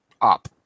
Up